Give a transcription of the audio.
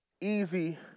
easy